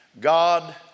God